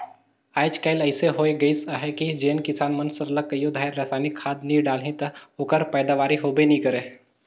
आएज काएल अइसे होए गइस अहे कि जेन किसान मन सरलग कइयो धाएर रसइनिक खाद नी डालहीं ता ओकर पएदावारी होबे नी करे